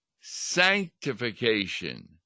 sanctification